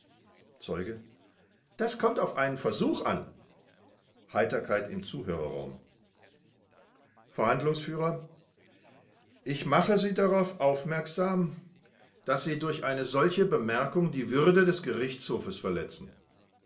zeuge das kommt auf einen versuch an heiterkeit im zuhörerraum verhandlungsf ich mache sie darauf aufmerksam daß sie durch eine solche bemerkung die würde des gerichtshofes verletzen